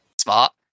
smart